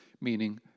meaning